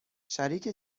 شریک